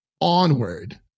onward